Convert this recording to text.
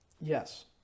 Yes